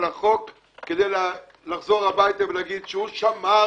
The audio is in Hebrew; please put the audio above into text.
החוק כדי לחזור הביתה ולהגיד שהוא שמר